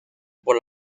por